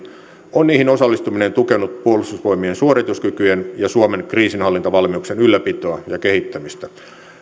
on niihin osallistuminen tukenut puolustusvoimien suorituskykyjen ja suomen kriisinhallintavalmiuksien ylläpitoa ja kehittämistä